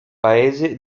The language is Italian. paese